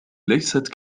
ليست